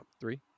Three